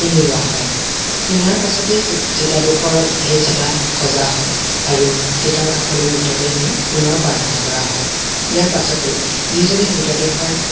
কিনি লোৱা হয় কিনাৰ পাছতেই চিতাডোখৰত সেই চিতা সজা হয় আৰু চিতাৰ কাষলৈ মৃতদেহ নি পুণৰ প্ৰাৰ্থনা কৰা হয় ইয়াৰ পাছতেই যিজনে মৃতদেহৰ